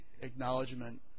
acknowledgement